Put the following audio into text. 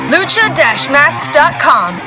Lucha-Masks.com